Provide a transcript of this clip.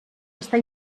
està